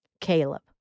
Caleb